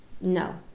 No